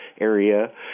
area